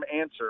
answer